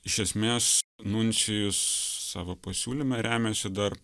iš esmės nuncijus savo pasiūlyme remiasi dar